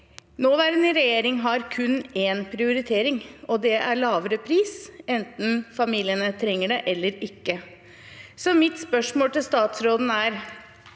Nåværende regjering har kun én prioritering, og det er lavere pris, enten familiene trenger det eller ikke. Så mitt spørsmål til statsråden er: